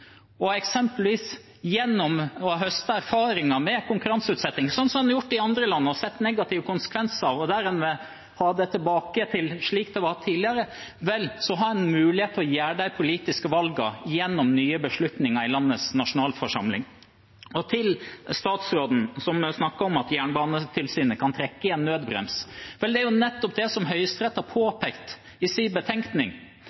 Og eksempelvis gjennom å høste erfaringer med konkurranseutsetting slik som en har gjort i andre land, der en har sett negative konsekvenser og vil ha det tilbake til slik det var tidligere, har en mulighet til å gjøre de politiske valgene gjennom nye beslutninger i landets nasjonalforsamling. Til statsråden, som snakket om at Jernbanetilsynet kan trekke i en nødbrems: Det er nettopp det Høyesterett har